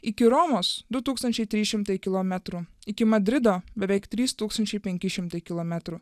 iki romos du tūkstančiai trys šimtai kilometrų iki madrido beveik trys tūkstančiai penki šimtai kilometrų